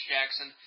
Jackson